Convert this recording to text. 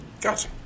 Gotcha